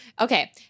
okay